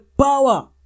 power